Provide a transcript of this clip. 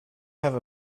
have